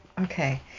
Okay